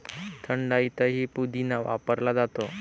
थंडाईतही पुदिना वापरला जातो